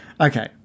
Okay